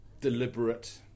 deliberate